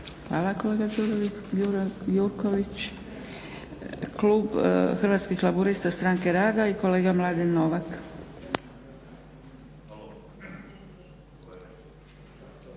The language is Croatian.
Hvala kolega Gjurković. Klub Hrvatskih laburista – Stranke rada i kolega Mladen Novak.